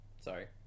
Sorry